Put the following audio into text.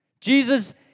Jesus